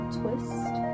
twist